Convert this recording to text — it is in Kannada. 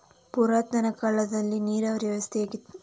ಪುರಾತನ ಕಾಲದಲ್ಲಿ ನೀರಾವರಿ ವ್ಯವಸ್ಥೆ ಹೇಗಿತ್ತು?